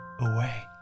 away